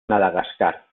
madagascar